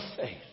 faith